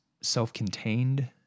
self-contained